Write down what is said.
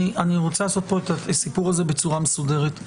אני רוצה לעשות את הסיפור הזה בצורה מסודרת.